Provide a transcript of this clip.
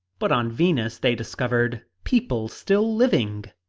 but on venus they discovered people still living!